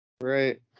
Right